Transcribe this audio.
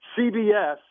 CBS